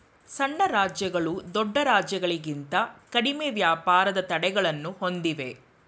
ಸಣ್ಣ ರಾಜ್ಯಗಳು ದೊಡ್ಡ ರಾಜ್ಯಗಳಿಂತ ಕಡಿಮೆ ವ್ಯಾಪಾರದ ತಡೆಗಳನ್ನು ಹೊಂದಿವೆ